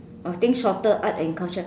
or think shorter art and culture